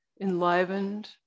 enlivened